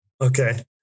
Okay